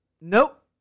Nope